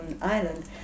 island